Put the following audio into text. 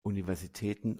universitäten